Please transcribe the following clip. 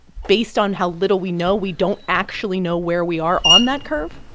based on how little we know, we don't actually know where we are on that curve?